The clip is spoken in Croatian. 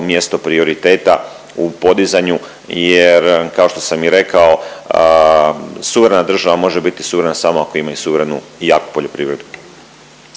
mjesto prioriteta u podizanju jer kao što sam i rekao suverena država može biti suverena samo ako ima suverenu i jaku poljoprivredu.